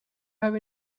have